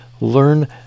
learn